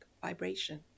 vibration